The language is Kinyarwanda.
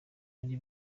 ari